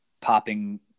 popping